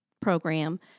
program